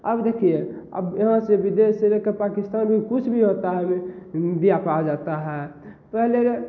अब देखिए अब यहाँ से विदेश से पाकिस्तानी कुछ भी होता है मीडिया पर आ जाता है पहले